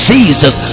Jesus